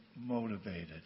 Motivated